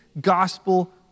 gospel